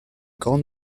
grande